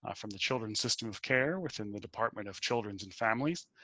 ah from the children's system of care within the department of children's and families.